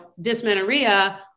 dysmenorrhea